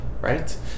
right